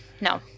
no